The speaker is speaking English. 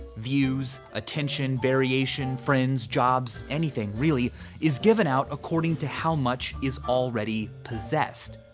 views, attention, variation, friends, jobs, anything really is given out according to how much is already possessed.